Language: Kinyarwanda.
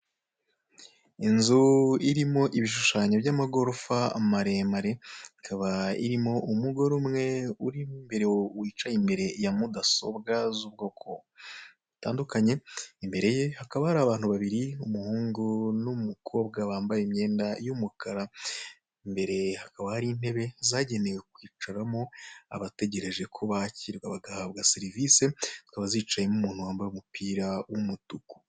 Inzu irimo ibishushanyo by'amagorofa maremare, ikaba irimo umugore umwe urimo imbere wiacye imbere ya mudasobwa z'ubwoko butandukanye. Imbere ye hakaba hari abantu babiri umuhungu n'umukobwa bambaye imyenda y'umukara. Imbere hakaba hari intebe zagenewe kwicaramo abategereje ko bakirwa bagabaha serivse, zikaba zicayemo umuntu wambaye umupira w'umutuku.